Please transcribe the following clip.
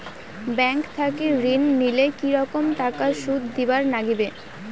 Bank থাকি ঋণ নিলে কি রকম টাকা সুদ দিবার নাগিবে?